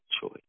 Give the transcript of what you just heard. choice